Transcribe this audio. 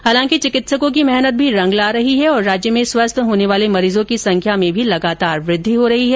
हालांकि चिकित्सकों की मेहनत भी रंग ला रही है और राज्य में स्वस्थ होने वाले मरीजों की संख्या में भी लगातार वृद्धि हो रही है